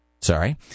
Sorry